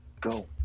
go